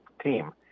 team